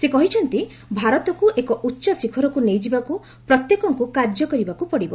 ସେ କହିଛନ୍ତି ଭାରତକୁ ଏକ ଉଚ୍ଚ ଶିଖରକୁ ନେଇଯିବାକୁ ପ୍ରତ୍ୟେକଙ୍କୁ କାର୍ଯ୍ୟ କରିବାକୁ ପଡ଼ିବ